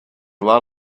lot